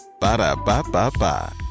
Ba-da-ba-ba-ba